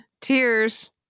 tears